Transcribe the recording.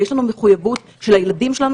ויש לנו מחויבות בשביל הילדים שלנו